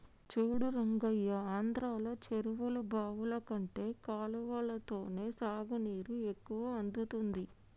చూడు రంగయ్య ఆంధ్రలో చెరువులు బావులు కంటే కాలవలతోనే సాగునీరు ఎక్కువ అందుతుంది